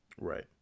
Right